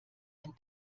ein